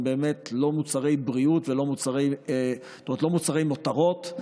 הם באמת לא מוצרי בריאות, לא מוצרי מותרות,